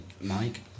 Mike